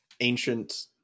ancient